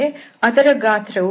ಅದರ ಗಾತ್ರವು 12